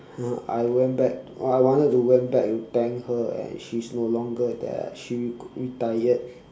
I went back I wanted to went back to thank her and she's no longer there she retired